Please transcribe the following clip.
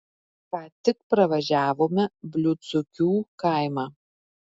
ką tik pravažiavome bliūdsukių kaimą